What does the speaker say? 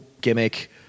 gimmick